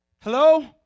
Hello